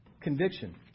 Conviction